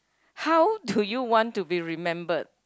how do you want to be remembered